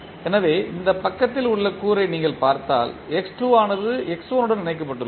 எனவே இந்த பக்கத்தில் உள்ள கூறை நீங்கள் பார்த்தால் x2 ஆனது x1 உடன் இணைக்கப்பட்டுள்ளது